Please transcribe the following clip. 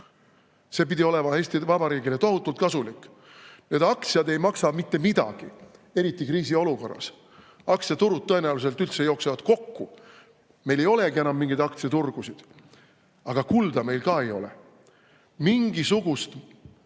See pidi olema Eesti Vabariigile tohutult kasulik. Need aktsiad ei maksa mitte midagi, eriti kriisiolukorras. Aktsiaturud tõenäoliselt üldse jooksevad kokku. Meil ei olegi enam mingeid aktsiaturgusid. Ja kulda meil ka ei ole. Mingisugust